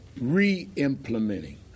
re-implementing